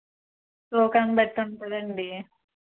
తూకాన్ని బట్టి ఉంటుందా అండి